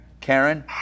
Karen